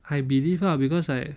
I believe lah because like